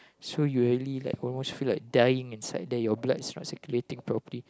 so you really like almost feel like dying inside there your blood not circulating properly